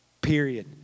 Period